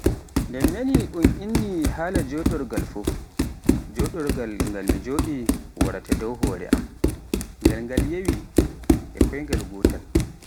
Nde mi naani un inni haala joɗorgal, joɗorgal ngal mi joɗi waraata dow hoore ngam ngal weyi e koyngal gootal.